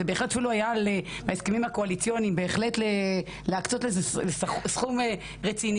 זה אפילו היה בהסכמים הקואליציוניים - להקצות לזה סכום רציני.